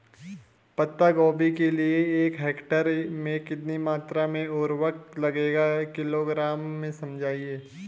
पत्ता गोभी के लिए एक हेक्टेयर में कितनी मात्रा में उर्वरक लगेगा किलोग्राम में समझाइए?